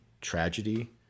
tragedy